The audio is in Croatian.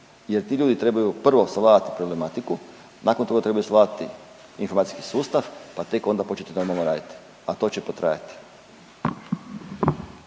jer ti ljudi trebaju prvo sagledati problematiku, nakon toga trebaju savladati informacijski sustav pa tek onda početi normalno raditi, a to će potrajati.